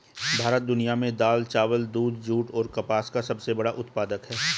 भारत दुनिया में दाल, चावल, दूध, जूट और कपास का सबसे बड़ा उत्पादक है